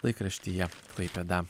laikraštyje klaipėda